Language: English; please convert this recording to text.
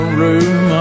room